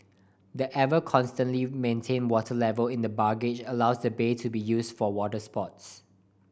the ever constantly maintained water level in the barrage allows the bay to be used for water sports